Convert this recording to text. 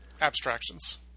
Abstractions